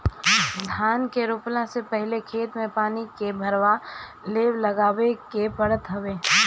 धान के रोपला से पहिले खेत में पानी भरवा के लेव लगावे के पड़त हवे